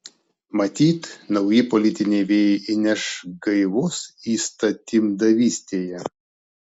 matyt nauji politiniai vėjai įneš gaivos įstatymdavystėje